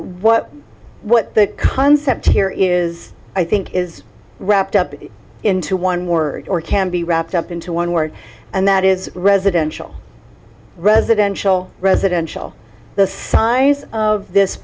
what what the concept here is i think is wrapped up into one word or can be wrapped up into one word and that is residential residential residential the size of this